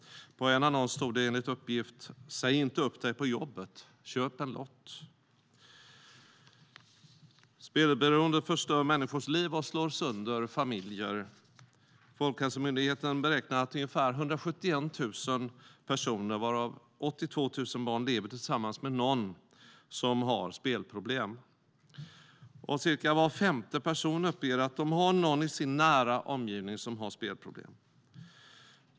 I en annons stod det enligt uppgift: Säg upp dig på jobbet - köp en lott! Spelberoendet förstör människors liv och slår sönder familjer. Folkhälsomyndigheten beräknar att ungefär 171 000 personer, varav 82 000 barn, lever tillsammans med någon som har spelproblem. Cirka var femte person uppger att de har någon i sin nära omgivning som har spelproblem.